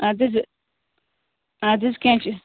اَدٕ حظ اَدٕ حظ کیٚنٛہہ چھِ